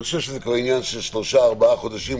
אני חושב שזה כבר עניין של שלושה-ארבעה חודשים,